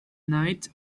night